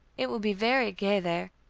it will be very gay there,